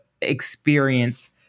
experience